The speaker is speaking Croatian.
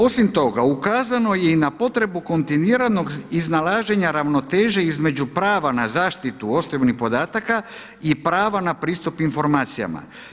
Osim toga ukazano je i na potrebu kontinuiranog iznalaženja ravnoteže između prava na zaštitu osobnih podataka i prava na pristup informacijama.